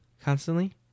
constantly